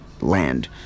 land